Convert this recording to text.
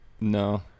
no